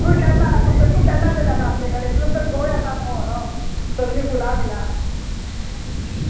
तूं केन्ना तूं तूं केन्ना तेन्ना येता आमचे कडेन तूं तर गोंय येता आमकां व्हरोंक सगळीं फुलां मिलां